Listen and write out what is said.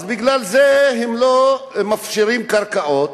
אז בגלל זה הם לא מפשירים קרקעות,